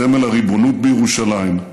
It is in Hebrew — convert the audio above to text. סמל הריבונות בירושלים,